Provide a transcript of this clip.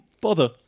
bother